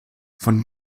von